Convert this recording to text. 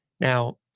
now